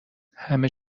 همه